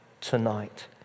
tonight